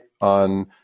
on